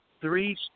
three